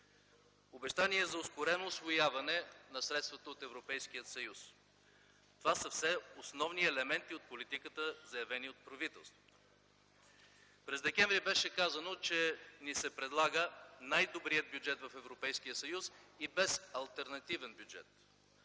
обещание за ускорено усвояване на средствата от Европейския съюз. Това са все основни елементи от политиката, заявени от правителството. През м. декември беше казано, че ни се предлага най-добрият бюджет в Европейския съюз и безалтернативен бюджет.